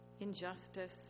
injustice